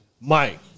Mike